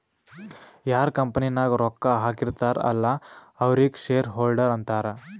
ಯಾರ್ ಕಂಪನಿ ನಾಗ್ ರೊಕ್ಕಾ ಹಾಕಿರ್ತಾರ್ ಅಲ್ಲಾ ಅವ್ರಿಗ ಶೇರ್ ಹೋಲ್ಡರ್ ಅಂತಾರ